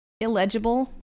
illegible